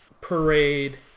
parade